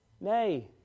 Nay